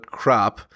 crap